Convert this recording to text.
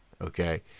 Okay